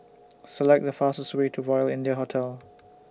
Select The fastest Way to Royal India Hotel